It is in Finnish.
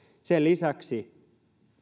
sen lisäksi